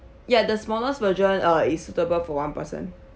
ya the smallest version uh is suitable for one person